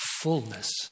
fullness